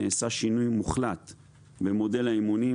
נעשה שינוי מוחלט במודל האימונים,